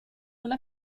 una